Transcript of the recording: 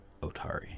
Otari